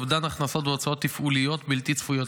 אובדן הכנסות והוצאות תפעוליות בלתי צפויות.